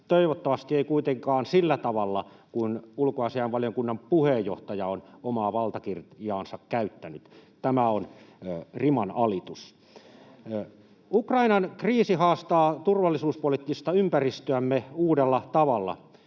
Toivottavasti ei kuitenkaan sillä tavalla kuin ulkoasiainvaliokunnan puheenjohtaja on omaa valtakirjaansa käyttänyt. [Jussi Halla-aho: Tai varapuheenjohtaja!] Tämä on rimanalitus. Ukrainan kriisi haastaa turvallisuuspoliittista ympäristöämme uudella tavalla.